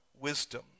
wisdom